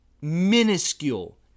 minuscule